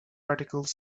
articles